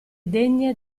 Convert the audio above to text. degne